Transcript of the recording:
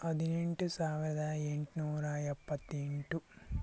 ಹದಿನೆಂಟು ಸಾವಿರದ ಎಂಟ್ನೂರ ಎಪ್ಪತ್ತೆಂಟು